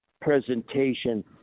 presentation